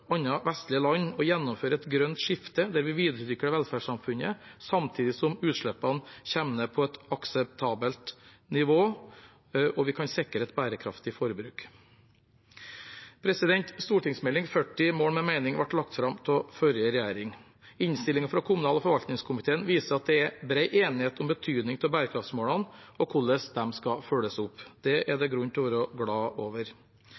vestlige land å gjennomføre et grønt skifte der vi videreutvikler velferdssamfunnet samtidig som utslippene kommer ned på et akseptabelt nivå, og vi kan sikre et bærekraftig forbruk. Meld. St. 40 for 2020–2021 Mål med mening ble lagt fram av forrige regjering. Innstillingen fra kommunal- og forvaltningskomiteen viser at det er bred enighet om betydningen av bærekraftsmålene og hvordan de skal følges opp. Det er